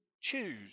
choose